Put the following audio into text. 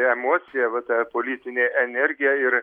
emocija va ta politinė energija ir